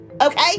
okay